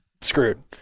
screwed